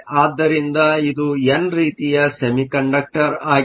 ಆದ್ದರಿಂದ ಇದು ಎನ್ ರೀತಿಯ ಸೆಮಿಕಂಡಕ್ಟರ್ ಆಗಿದೆ